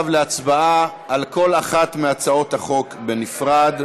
עכשיו להצבעה על כל אחת מהצעות החוק בנפרד.